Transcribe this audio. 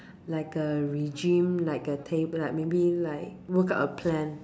like a regime like a table like maybe like work out a plan